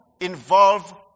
involve